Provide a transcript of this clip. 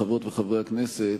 חברות וחברי הכנסת,